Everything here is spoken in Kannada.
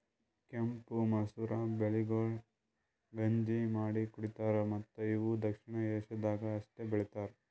ಕೆಂಪು ಮಸೂರ ಬೆಳೆಗೊಳ್ ಗಂಜಿ ಮಾಡಿ ಕುಡಿತಾರ್ ಮತ್ತ ಇವು ದಕ್ಷಿಣ ಏಷ್ಯಾದಾಗ್ ಅಷ್ಟೆ ಬೆಳಿತಾರ್